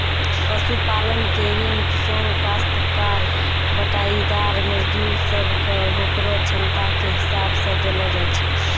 पशुपालन के ऋण किसान, कास्तकार, बटाईदार, मजदूर सब कॅ होकरो क्षमता के हिसाब सॅ देलो जाय छै